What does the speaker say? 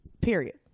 period